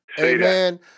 Amen